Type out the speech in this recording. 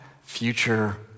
future